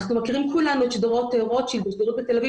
אנחנו מכירים כולם את שדרות רוטשילד בתל אביב